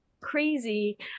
crazy